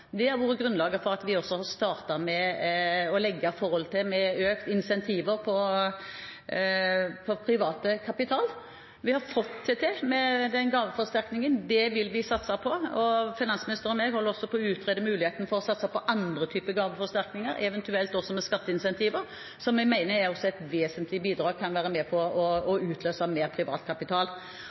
kapital. Vi har fått det til med gaveforsterkningen. Det vil vi satse på, og finansministeren og jeg holder også på å utrede muligheten for å satse på andre typer gaveforsterkninger, eventuelt også med skatteincentiver, som jeg mener også er et vesentlig bidrag som kan være med på å utløse mer privat kapital.